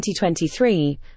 2023